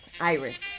Iris